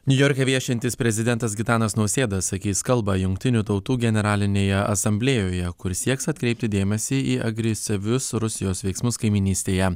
niujorke viešintis prezidentas gitanas nausėda sakys kalbą jungtinių tautų generalinėje asamblėjoje kur sieks atkreipti dėmesį į agresyvius rusijos veiksmus kaimynystėje